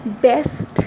best